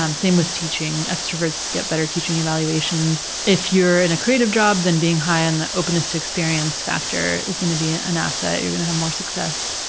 um same with teaching, extroverts get better teaching evaluations. if you're in a creative job, then being high on the openness to experience factor is going to be ah an asset, you're going to have more success.